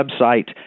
website